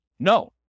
No